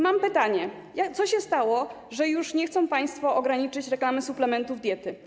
Mam pytanie: Co się stało, że już nie chcą państwo ograniczyć reklamy suplementów diety?